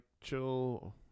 chill